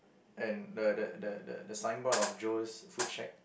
and the the the the the signboard of Joe's food shack